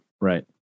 Right